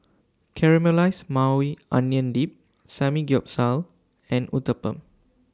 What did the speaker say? Caramelized Maui Onion Dip Samgyeopsal and Uthapam